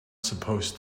supposed